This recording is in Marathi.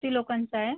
किती लोकांचा आहे